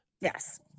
Yes